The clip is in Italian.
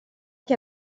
che